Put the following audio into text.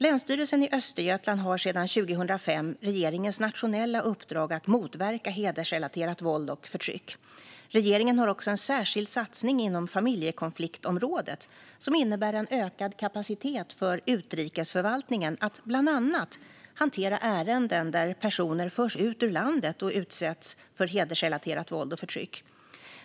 Länsstyrelsen i Östergötland har sedan 2005 regeringens nationella uppdrag att motverka hedersrelaterat våld och förtryck. Regeringen har också en särskild satsning inom familjekonfliktsområdet som innebär en ökad kapacitet för utrikesförvaltningen att bland annat hantera ärenden där personer förs ut ur landet och utsätts för hedersrelaterat våld och förtryck.